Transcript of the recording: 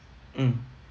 um